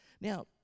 now